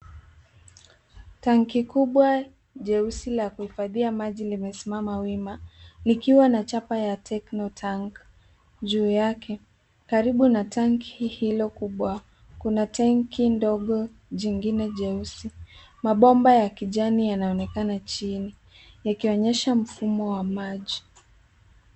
Tanki kubwa jeusi la kuhifadhia maji limesimama wima likiwa na chapa ya Techno Tank juu yake. Karibu na tangi hilo kubwa, kuna tangi ndogo jingine jeusi. Mabomba ya kijani yanaonekana chini yakionyesha mfumo wa maji.